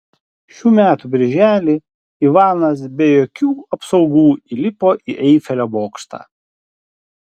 šių metų birželį ivanas be jokių apsaugų įlipo į eifelio bokštą